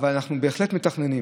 אבל בהחלט מתכננים.